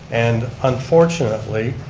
and unfortunately